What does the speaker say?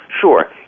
sure